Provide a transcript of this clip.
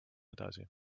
edasi